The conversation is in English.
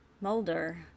Mulder